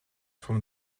from